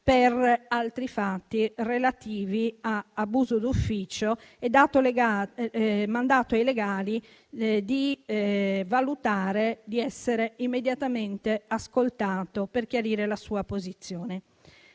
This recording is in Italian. per altri fatti relativi ad abuso d'ufficio e di aver dato mandato ai legali di valutare di essere immediatamente ascoltato per chiarire la sua posizione.